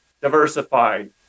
Diversified